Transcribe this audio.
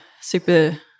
super